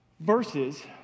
Verses